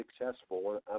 successful